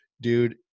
dude